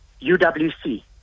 UWC